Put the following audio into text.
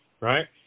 right